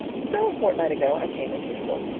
so a fortnight ago i came as usual.